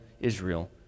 Israel